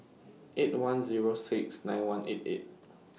eight one Zero six nine one eight eight